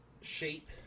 shape